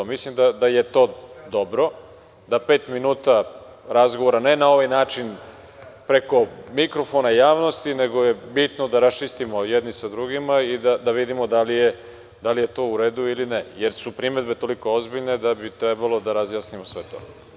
Mislim da je to dobro pet minuta razgovora, ne na ovaj način preko mikrofona, javnosti nego je bitno da raščistimo jedni sa drugima i da vidimo da li je to u redu ili ne, jer su primedbe toliko ozbiljne da bi trebalo da razjasnimo sve to.